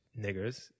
niggers